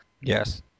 Yes